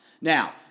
Now